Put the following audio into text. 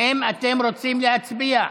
האם אתם רוצים להצביע?